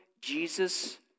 Jesus